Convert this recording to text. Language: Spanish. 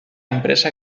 empresa